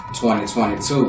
2022